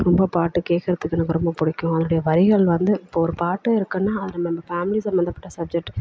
ரொம்ப பாட்டு கேட்குறதுக்கு எனக்கு ரொம்ப பிடிக்கும் அதனுடைய வரிகள் வந்து இப்போ ஒரு பாட்டு இருக்குதுன்னா அது நம்ம ஃபேமலி சம்பந்தப்பட்ட சப்ஜெட்